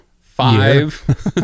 five